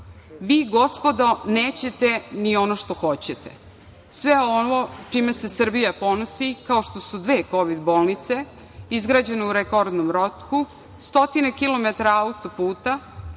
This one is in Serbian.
Vi, gospodo, nećete ni ono što hoćete. Sve ovo čime se Srbija ponosi, kao što su dve kovid bolnice izgrađene u rekordnom roku, stotine kilometara autoputa,